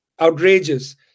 outrageous